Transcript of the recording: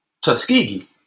Tuskegee